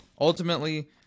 ultimately